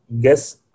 guess